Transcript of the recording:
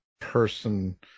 person